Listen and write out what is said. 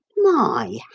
my